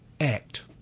act